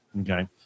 okay